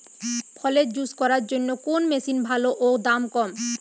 ফলের জুস করার জন্য কোন মেশিন ভালো ও দাম কম?